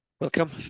Welcome